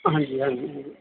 ਹਾਂਜੀ ਹਾਂਜੀ